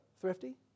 thrifty